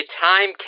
time